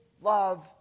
Love